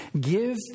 Give